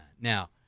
Now